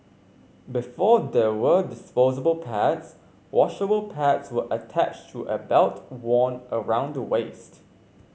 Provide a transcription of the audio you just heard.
before there were disposable pads washable pads were attached to a belt worn around the waist